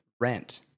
rent